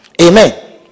Amen